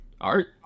Art